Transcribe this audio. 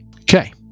Okay